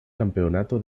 campeonato